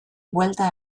buelta